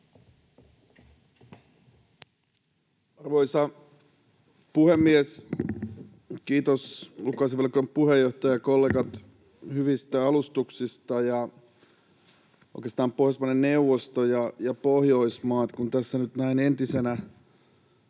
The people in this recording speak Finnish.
Arvoisa puhemies! Kiitos, ulkoasiainvaliokunnan puheenjohtaja ja kollegat, hyvistä alustuksista. Pohjoismaiden neuvosto ja Pohjoismaat — kun tässä nyt näin entisenä